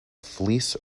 fleece